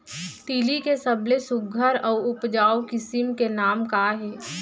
तिलि के सबले सुघ्घर अऊ उपजाऊ किसिम के नाम का हे?